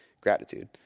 gratitude